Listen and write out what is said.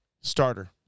Starter